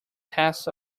test